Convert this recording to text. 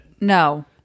no